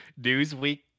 Newsweek